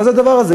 מה זה הדבר הזה?